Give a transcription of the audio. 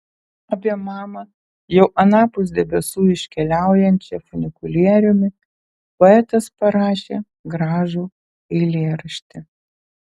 apie mamą jau anapus debesų iškeliaujančią funikulieriumi poetas parašė gražų eilėraštį